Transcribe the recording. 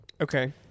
Okay